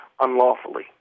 unlawfully